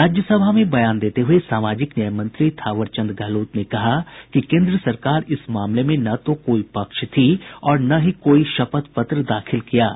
राज्यसभा में बयान देते हुए सामाजिक न्याय मंत्री थावर चंद गहलोत ने कहा कि केन्द्र सरकार इस मामले में न तो कोई पक्ष थी और न ही कोई शपथ पत्र दाखिल किया है